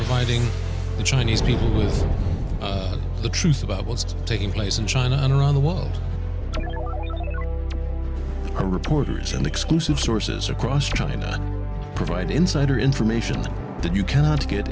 fighting the chinese people is the truth about what's taking place in china and around the world are reporters and exclusive sources across china provide insider information that you cannot get